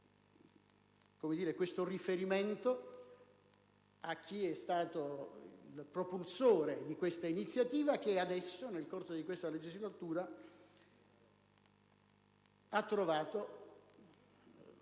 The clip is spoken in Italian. questo riferimento a chi è stato il propulsore di tale iniziativa che adesso, nel corso di questa legislatura, ha trovato